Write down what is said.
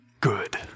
good